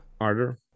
harder